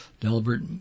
Delbert